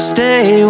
Stay